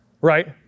right